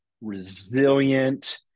resilient